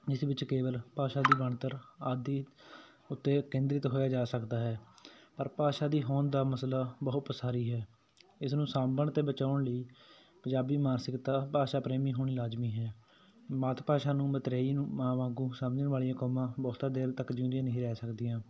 ਇਸ ਵਿੱਚ ਕੇਵਲ ਭਾਸ਼ਾ ਦੀ ਬਣਤਰ ਆਦਿ ਉੱਤੇ ਕੇਂਦਰਿਤ ਹੋਇਆ ਜਾ ਸਕਦਾ ਹੈ ਪਰ ਭਾਸ਼ਾ ਦੀ ਹੋਂਦ ਦਾ ਮਸਲਾ ਬਹੁ ਪਸਾਰੀ ਹੈ ਇਸ ਨੂੰ ਸਾਂਭਣ ਅਤੇ ਬਚਾਉਣ ਲਈ ਪੰਜਾਬੀ ਮਾਨਸਿਕਤਾ ਭਾਸ਼ਾ ਪ੍ਰੇਮੀ ਹੋਣੀ ਲਾਜ਼ਮੀ ਹੈ ਮਾਤ ਭਾਸ਼ਾ ਨੂੰ ਮਤਰੇਈ ਨੂੰ ਮਾਂ ਵਾਂਗੂੰ ਸਮਝਣ ਵਾਲੀਆਂ ਕੌਮਾਂ ਬਹੁਤ ਦੇਰ ਤੱਕ ਜਿਉਂਦੀਆਂ ਨਹੀਂ ਰਹਿ ਸਕਦੀਆਂ